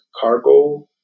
cargo